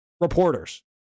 reporters